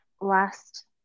last